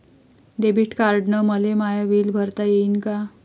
Debit कार्डानं मले माय बिल भरता येईन का?